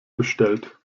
bestellt